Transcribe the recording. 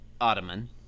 Ottoman